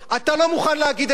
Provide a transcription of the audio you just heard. אתה לא מוכן להגיד את זה.